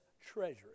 treasury